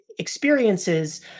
experiences